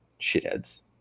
shitheads